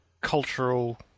cultural